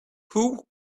who